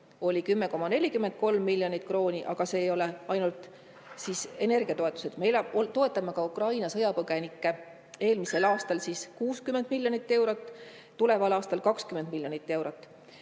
oli 10,43 miljonit [eurot]. Aga see ei ole ainult energiatoetused. Me toetame ka Ukraina sõjapõgenikke: eelmisel aastal 60 miljoni euroga, tuleval aastal 20 miljoni euroga.